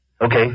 Okay